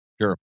Sure